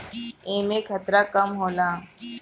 एमे खतरा कम होला